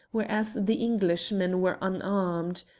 whereas the englishmen were unarmed.